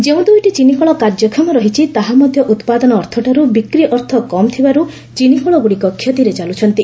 ଯେଉଁ ଦୁଇଟି ଚିନିକଳ କାର୍ଯ୍ୟକ୍ଷମ ରହିଛି ତାହା ମଧ୍ୟ ଉପାଦନ ଅର୍ଥଠାରୁ ବିକ୍ରୀ ଅର୍ଥ କମ୍ ଥିବାରୁ ଚିନିକଳଗୁଡ଼ିକ ଷତିରେ ଚାଲୁଛନ୍ତି